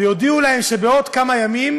ויודיעו להם שבעוד כמה ימים